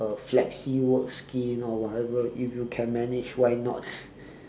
a flexi work scheme or whatever if you can manage why not